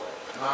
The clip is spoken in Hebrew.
שר